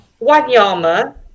Wanyama